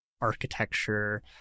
architecture